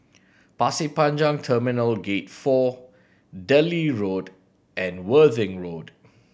Pasir Panjang Terminal Gate Four Delhi Road and Worthing Road